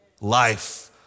life